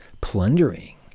plundering